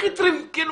הכי טריוויאלי.